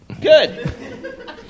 Good